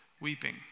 weeping